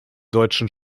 deutschen